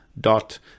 dot